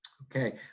okay,